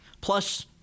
plus